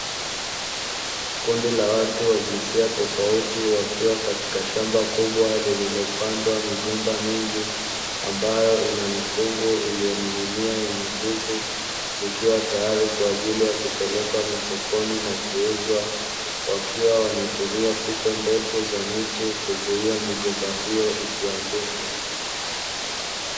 Kundi la watu wa jinsia tofauti wakiwa katika shamba kubwa lililopandwa migomba mingi, ambayo ina mikungu iliyoningilia yenye ndizi zikiwa tayari kwa ajili ya kupelekwa masokoni na kuuzwa wakiwa wanatumia fito ndefu za miti kuzuia migomba hiyo isianguke.